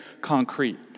concrete